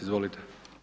Izvolite.